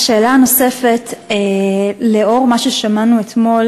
השאלה הנוספת: לנוכח מה ששמענו אתמול